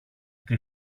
στη